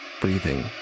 breathing